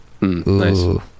Nice